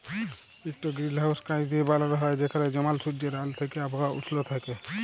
ইকট গিরিলহাউস কাঁচ দিঁয়ে বালাল হ্যয় যেখালে জমাল সুজ্জের আল থ্যাইকে আবহাওয়া উস্ল থ্যাইকে